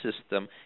system